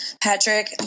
Patrick